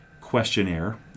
questionnaire